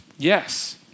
Yes